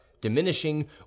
diminishing